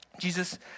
Jesus